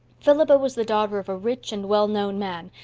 philippa was the daughter of a rich and well-known man,